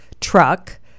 truck